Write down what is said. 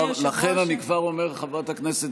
טוב, בבקשה, חברת הכנסת